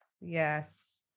Yes